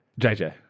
JJ